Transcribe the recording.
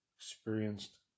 experienced